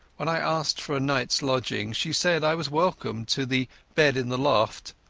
when i asked for a nightas lodging she said i was welcome to the abed in the lofta,